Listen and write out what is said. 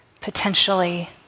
potentially